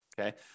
okay